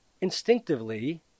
Instinctively